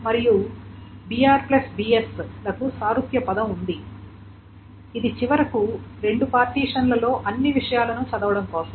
s మరియు br bs లకు సారూప్య పదం ఉంది ఇది చివరకు రెండు పార్టిషన్లలో అన్ని విషయాలను చదవడం కోసం